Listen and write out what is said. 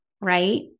right